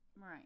right